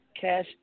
Cash